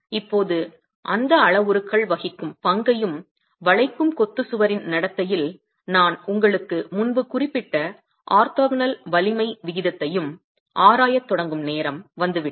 இப்போது அந்த அளவுருக்கள் வகிக்கும் பங்கையும் வளைக்கும் கொத்துச் சுவரின் நடத்தையில் நான் உங்களுக்கு முன்பு குறிப்பிட்ட ஆர்த்தோகனல் வலிமை விகிதத்தையும் ஆராயத் தொடங்கும் நேரம் வந்துவிட்டது